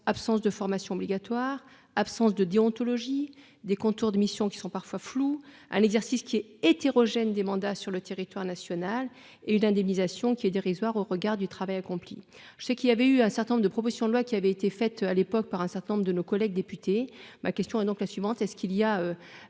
absence de formation obligatoire. Absence de déontologie des contours de missions qui sont parfois floues, un exercice qui est hétérogène des mandats sur le territoire national et une indemnisation qui est dérisoire au regard du travail accompli. Je sais qu'il avait eu un certain nombre de propositions de loi qui avait été fait à l'époque par un certain nombre de nos collègues députés, ma question est donc la suivante, est-ce qu'il y a.